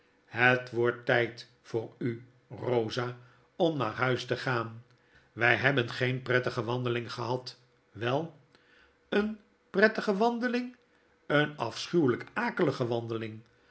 het wordt tijd voor u rosa omnaarhuis het nonnenhuis te gaan wtf hebben geen prettige wandeling gebad wel een prettige wandeling een afschuwelijk akelige wandeling